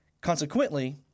Consequently